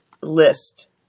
list